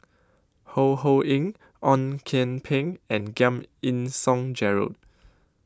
Ho Ho Ying Ong Kian Peng and Giam Yean Song Gerald